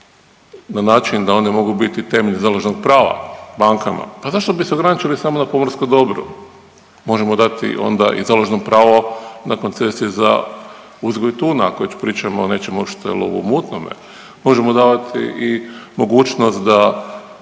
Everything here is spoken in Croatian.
na način da one mogu biti temelj založnog prava bankama, pa zašto bi se ograničili samo na pomorsko dobro? Možemo dati onda i založno pravo na koncesije za uzgoj tuna, ako već pričamo o nečemu što je lov u mutnome, možemo davati i mogućnost da